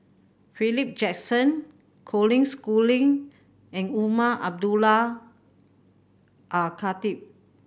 Philip Jackson Colin Schooling and Umar Abdullah Al Khatib